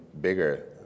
bigger